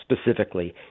specifically